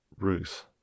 ruth